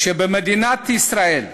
שבמדינת ישראל,